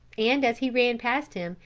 and as he ran past him,